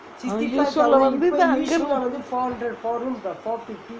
yishun lah வந்து தான் அங்கே இருந்து:vanthu thaan anggae irunthu